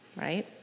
right